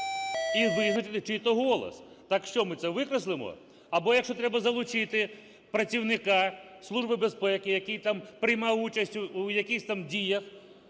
і визначити, чий то голос. Так що, ми це викреслимо? Або якщо треба залучити працівника Служби безпеки, який там приймав участь у якихось там діях